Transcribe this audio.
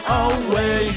away